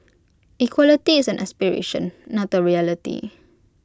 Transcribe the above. equality is an aspiration not A reality